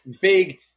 big